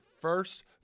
first